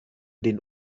den